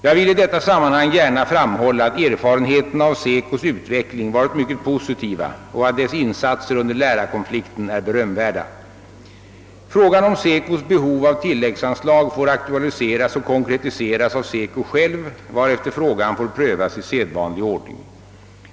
Jag vill i detta sammanhang gärna framhålla, att erfarenheterna av SECO:s utveckling varit mycket positiva och att dess insatser under lärarkonflikten är berömvärda. Frågan om SECO:s behov av tilläggsanslag får aktualiseras och konkretiseras av SECO själv, varefter frågan får prövas i sedvanlig ordning.